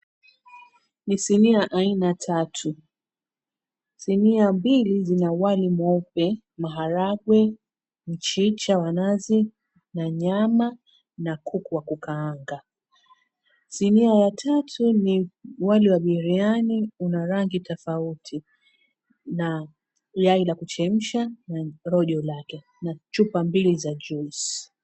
Ni sinia aina tatu. Sinia mbili zina wali mweupe, maharagwe, mchicha wa nazi na nyama na kuku wa kukaangua. Sinia ya tatu ni wali wa biriani una rangi tofauti na yai ya kuchemsha na rojo yake na chupa mbili ya juice .